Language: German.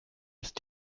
ist